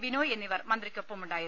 ബിനോയ് എന്നിവർ മന്ത്രിക്കൊപ്പമുണ്ടായിരുന്നു